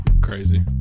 Crazy